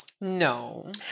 No